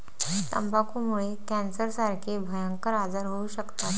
तंबाखूमुळे कॅन्सरसारखे भयंकर आजार होऊ शकतात